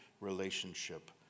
relationship